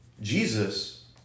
Jesus